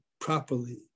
properly